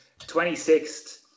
26th